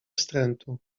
wstrętu